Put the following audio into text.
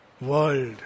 world